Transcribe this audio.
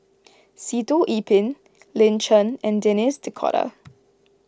Sitoh Yih Pin Lin Chen and Denis D'Cotta